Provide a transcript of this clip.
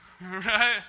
right